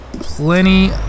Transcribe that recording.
Plenty